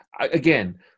again